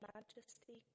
Majesty